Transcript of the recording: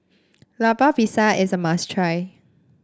Lemper Pisang is a must try